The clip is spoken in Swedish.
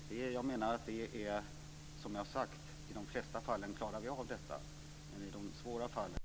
I de flesta fall klarar vi detta, men i de svåra fallen framträder lätt den här vänster-höger-skalan, och blocktänkandet blir synligt.